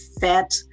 fat